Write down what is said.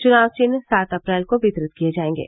चुनाव चिन्ह सात अप्रैल को वितरित किए जाएगे